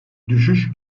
düşüş